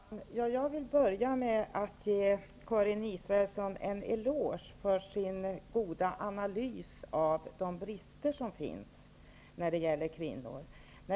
Herr talman! Jag vill börja med att ge Karin Israelsson en eloge för hennes goda analys av bristerna som berör kvinnor.